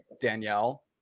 Danielle